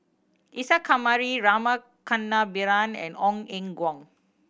Isa Kamari Rama Kannabiran and Ong Eng Guan